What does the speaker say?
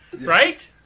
Right